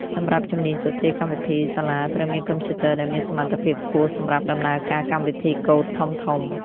សម្រាប់ជំនាញសរសេរកម្មវិធី សាលាត្រូវមានកុំព្យូទ័រដែលមានសមត្ថភាពខ្ពស់សម្រាប់ដំណើរការកម្មវិធីកូដធំៗ។